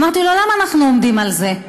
אמרתי לו: למה אנחנו עומדים על זה?